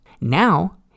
Now